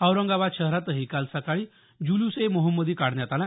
औरंगाबाद शहरातही काल सकाळी ज़ुलूस ए मोहम्मदी काढण्यात आला